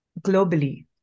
globally